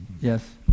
Yes